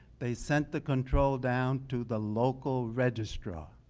they sent the control down to the local registrar,